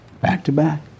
back-to-back